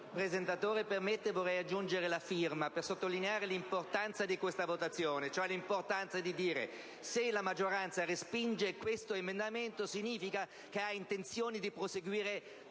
presentatori permettono, vorrei aggiungere la mia firma per sottolineare l'importanza di questa votazione e l'importanza di dire che, se la maggioranza respinge questo emendamento, significa che ha intenzione di proseguire,